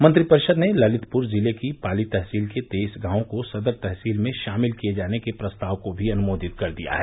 मंत्रिपरिषद ने ललितप्र जिले की पाली तहसील के तेईस गांवों को सदर तहसील में शामिल किये जाने के प्रस्ताव को भी अनुमोदित कर दिया है